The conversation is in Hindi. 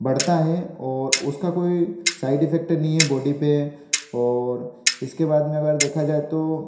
बढ़ता है और उसका कोई साइड इफेक्ट नहीं है बॉडी पे और इसके बाद में अगर देखा जाए तो